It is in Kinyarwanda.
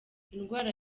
indwara